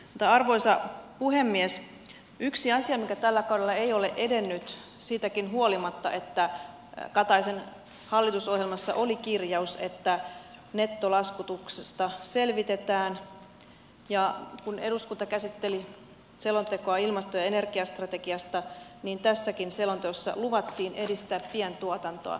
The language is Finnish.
mutta arvoisa puhemies yksi asia tällä kaudella ei ole edennyt siitäkään huolimatta että kataisen hallitusohjelmassa oli kirjaus että nettolaskutusta selvitetään ja kun eduskunta käsitteli selontekoa ilmasto ja energiastrategiasta niin tässäkin selonteossa luvattiin edistää pientuotantoa